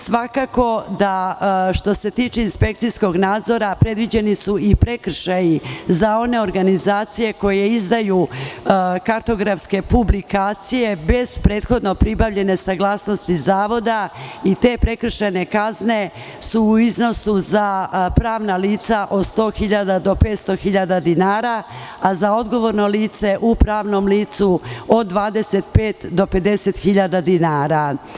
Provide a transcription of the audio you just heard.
Svakako da što se tiče inspekcijskog nadzora predviđeni su i prekršaji za one organizacije koje izdaju kartografske publikacije bez prethodno pribavljene saglasnosti zavoda i te prekršajne kazne su u iznosu za pravna lica od 100.000 do 500.000 dinara, a za odgovorno lice u pravnom licu od 25.000 do 50.000 dinara.